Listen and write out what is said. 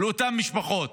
לאותן משפחות.